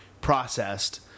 processed